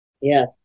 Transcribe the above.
Yes